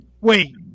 wait